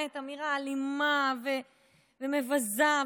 היא אמירה אלימה ומבזה,